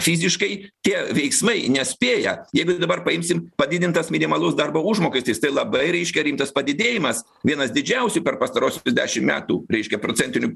fiziškai tie veiksmai nespėja jeigu dabar paimsim padidintas minimalus darbo užmokestis tai labai reiškia rimtas padidėjimas vienas didžiausių per pastaruosius dešim metų reiškia procentiniu